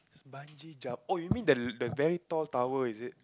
bungee jump oh you mean the the very tall tower is it